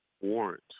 warrant